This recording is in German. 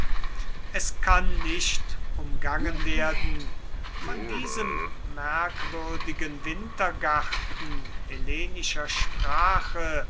es kann nicht umgangen werden von diesem merkwürdigen wintergarten hellenischer sprache